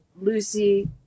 lucy